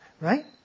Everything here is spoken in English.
Right